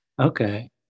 Okay